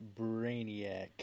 Brainiac